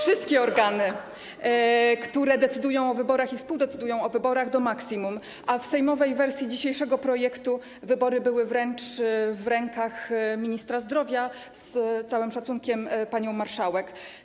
wszystkie organy, które decydują i współdecydują o wyborach, do maksimum, a w sejmowej wersji dzisiejszego projektu wybory były wręcz w rękach ministra zdrowia wraz, z całym szacunkiem, z panią marszałek.